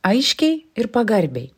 aiškiai ir pagarbiai